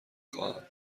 خواهم